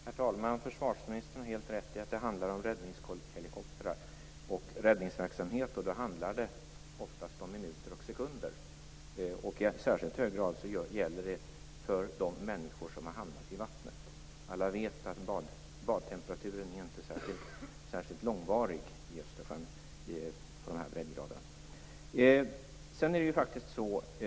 Herr talman! Försvarsministern har helt rätt i att det handlar om räddningshelikoptrar och räddningsverksamhet. Då handlar det oftast om minuter och sekunder. I särskilt hög grad gäller det för de människor som har hamnat i vattnet. Alla vet att temperaturen inte är särskilt hög i Östersjön på de här breddgraderna.